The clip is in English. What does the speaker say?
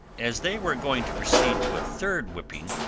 as they were going to proceed to a third whipping,